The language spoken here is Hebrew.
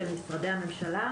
של משרדי הממשלה,